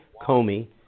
Comey